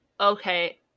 okay